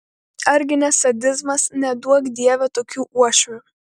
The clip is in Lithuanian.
ar gi ne sadizmas neduok dieve tokių uošvių